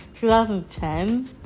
2010